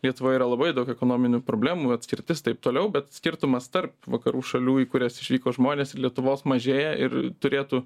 lietuvoje yra labai daug ekonominių problemų atskirtis taip toliau bet skirtumas tarp vakarų šalių į kurias išvyko žmonės ir lietuvos mažėja ir turėtų